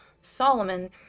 Solomon